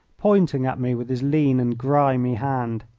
pointing at me with his lean and grimy hand.